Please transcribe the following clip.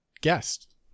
guest